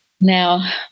now